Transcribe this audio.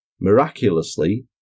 Miraculously